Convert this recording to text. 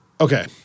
okay